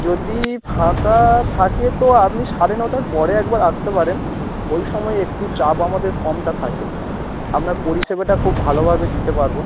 যদি ফাঁকা থাকে তো আপনি সাড়ে নটার পরে একবার আসতে পারেন ওই সময় একটু চাপ আমাদের কমটা থাকে আপনার পরিষেবাটা খুব ভালোভাবে দিতে পারবো